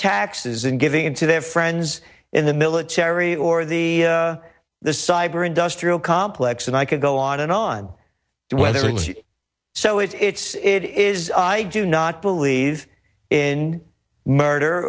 taxes and giving it to their friends in the military or the this cyber industrial complex and i could go on and on whether it was you so it's it is i do not believe in murder